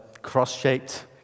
cross-shaped